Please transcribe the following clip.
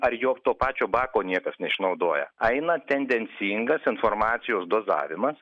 ar jog to pačio bako niekas neišnaudoja eina tendencingos informacijos dozavimas